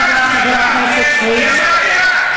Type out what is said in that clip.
שמעת?